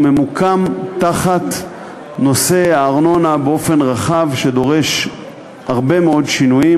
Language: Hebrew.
הוא ממוקם תחת נושא הארנונה באופן רחב שדורש הרבה מאוד שינויים.